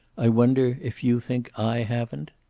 i wonder if you think i haven't?